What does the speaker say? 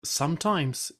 sometimes